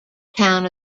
town